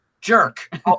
Jerk